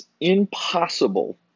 impossible